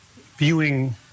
viewing